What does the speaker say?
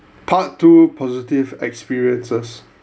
part two positive experiences